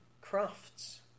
crafts